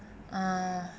uh